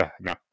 No